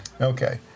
Okay